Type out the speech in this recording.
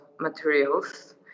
materials